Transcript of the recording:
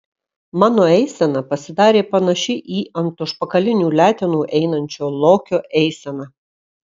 mano eisena pasidarė panaši į ant užpakalinių letenų einančio lokio eiseną